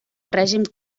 règim